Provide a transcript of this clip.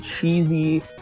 cheesy